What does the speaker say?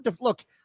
Look